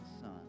son